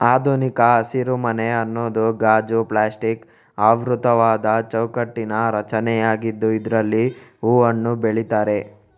ಆಧುನಿಕ ಹಸಿರುಮನೆ ಅನ್ನುದು ಗಾಜು, ಪ್ಲಾಸ್ಟಿಕ್ ಆವೃತವಾದ ಚೌಕಟ್ಟಿನ ರಚನೆಯಾಗಿದ್ದು ಇದ್ರಲ್ಲಿ ಹೂವು, ಹಣ್ಣು ಬೆಳೀತಾರೆ